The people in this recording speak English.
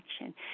action